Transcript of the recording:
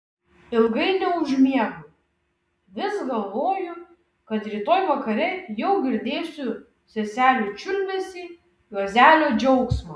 ilgai neužmiegu vis galvoju kad rytoj vakare jau girdėsiu seselių čiulbesį juozelio džiaugsmą